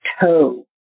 toe